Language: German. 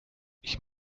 ich